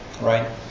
right